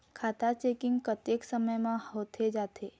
खाता चेकिंग कतेक समय म होथे जाथे?